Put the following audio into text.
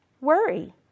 worry